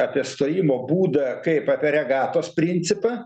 apie stojimo būdą kaip apie regatos principą